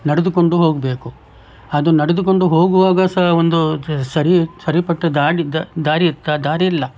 ನಡೆದುಕೊಂಡು ಹೋಗಬೇಕು ಅದು ನಡೆದುಕೊಂಡು ಹೋಗುವಾಗ ಸಹ ಒಂದು ಸರಿ ಸರಿಪಟ್ಟ ದಾಡಿದ್ದ ದಾರಿ ಇತ್ತ ದಾರಿ ಇಲ್ಲ